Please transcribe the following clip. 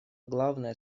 главное